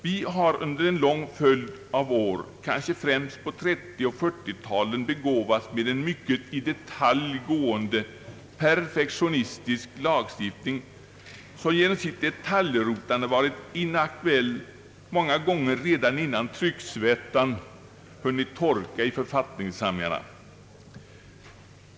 Vi har under en lång följd av år — kanske främst på 1930 och 1940 talen — begåvats med en i detalj gående, perfektionistisk lagstiftning, som genom sitt detaljrotande många gånger varit inaktuell redan innan trycksvärtan hunnit torka i författningssamlingarna.